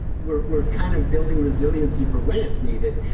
we're we're kind of building resiliency for when it's needed,